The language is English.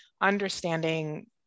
understanding